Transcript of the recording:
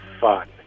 fun